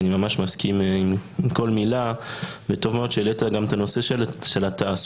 אני ממש מסכים עם כל מילה וטוב מאוד שהעלית גם את הנושא של התעסוקה.